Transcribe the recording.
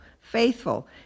faithful